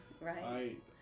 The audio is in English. Right